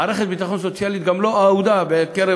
מערכת ביטחון סוציאלית גם לא אהודה בקרב